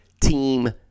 team